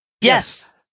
Yes